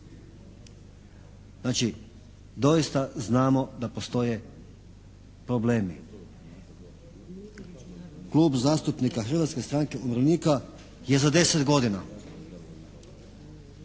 Znači doista znamo da postoje problemi. Klub zastupnika Hrvatske stranke umirovljenika je za 10 godina,